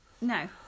No